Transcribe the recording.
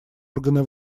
органы